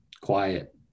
quiet